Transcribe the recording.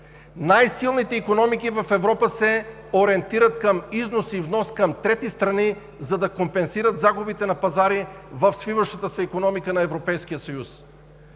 Най-силните икономики в Европа се ориентират към износ и внос към трети страни, за да компенсират загубите на пазари в свиващата се икономика на